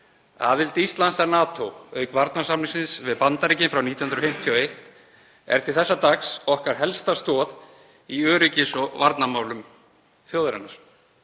Aðild Íslands að NATO, auk varnarsamningsins við Bandaríkin frá 1951, er til þessa dags okkar helsta stoð í öryggis- og varnarmálum þjóðarinnar.